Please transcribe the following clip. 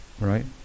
right